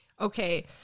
Okay